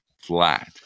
flat